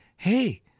Hey